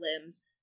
limbs